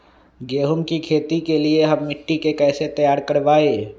गेंहू की खेती के लिए हम मिट्टी के कैसे तैयार करवाई?